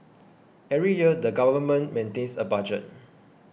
every year the government maintains a budget